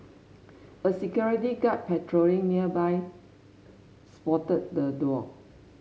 a security guard patrolling nearby spotted the duo